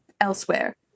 elsewhere